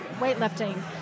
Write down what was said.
weightlifting